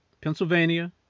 Pennsylvania